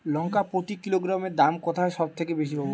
লঙ্কা প্রতি কিলোগ্রামে দাম কোথায় সব থেকে বেশি পাব?